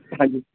हाँ जी